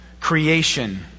creation